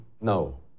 No